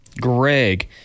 Greg